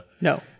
no